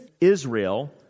Israel